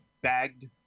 bagged